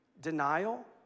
denial